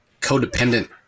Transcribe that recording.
codependent